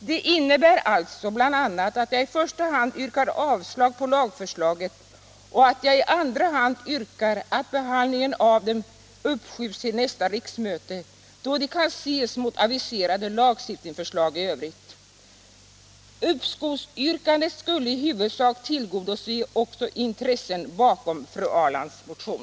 Det innebär bl.a. att jag i första hand yrkar avslag på lagförslagen och att jag i andra hand yrkar att behandlingen av dem uppskjuts till nästa riksmöte, då de kan ses mot aviserade lagstiftningsförslag i övrigt. Uppskovsyrkandet skulle i huvudsak tillgodose också intressen bakom fru Ahrlands motion.